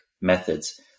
methods